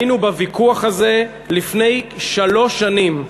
בוויכוח הזה לפני שלוש שנים,